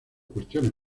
cuestiones